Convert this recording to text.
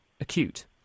acute